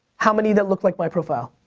how many that looked like my profile?